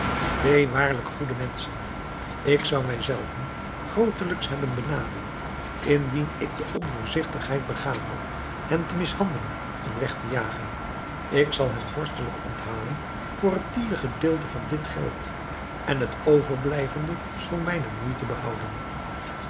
twee waarlijk goede menschen ik zou mij zelven grootelijks hebben benadeeld indien ik de onvoorzigtigheid begaan had hen te mishandelen en weg te jagen ik zal hen vorstelijk onthalen voor het tiende gedeelte van dit geld en het overblijvende voor mijne moeite behouden